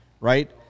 right